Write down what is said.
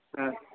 ह